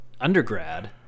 undergrad